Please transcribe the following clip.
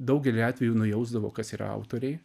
daugelį atvejų nujausdavo kas yra autoriai